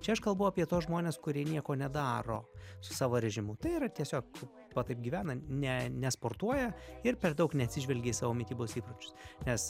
čia aš kalbu apie tuos žmones kurie nieko nedaro su savo režimu tai yra tiesiog va taip gyvena ne nesportuoja ir per daug neatsižvelgia į savo mitybos įpročius nes